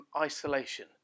isolation